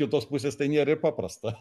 kitos pusės tai nėr ir paprasta